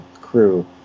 crew